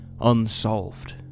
unsolved